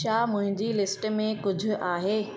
छा मुंहिंजी लिस्ट में कुझु आहे